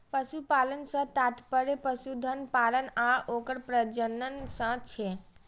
पशुपालन सं तात्पर्य पशुधन पालन आ ओकर प्रजनन सं छै